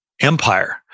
empire